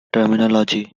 terminology